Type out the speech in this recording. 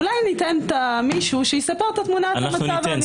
אולי ניתן למישהו שייתן תמונת מצב --- אנחנו ניתן,